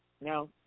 No